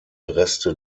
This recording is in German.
reste